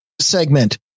segment